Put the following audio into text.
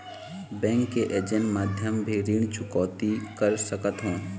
Bank के agent माध्यम भी ऋण चुकौती कर सकथों?